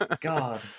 God